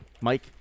Mike